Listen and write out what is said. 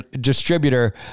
distributor